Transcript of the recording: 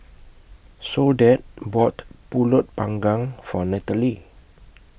Soledad bought Pulut Panggang For Natalee